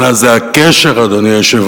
אלא זה הקשר, אדוני היושב-ראש,